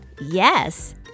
Yes